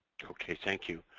okay, thank you.